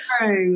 Right